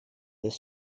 this